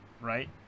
right